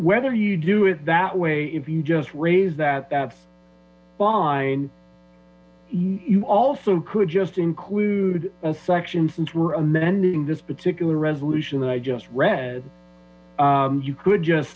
whether you do it that way if you just raise that that's fine you also could just include a section since we're amending this particular resolution that i just read you could just